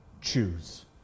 Choose